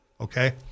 okay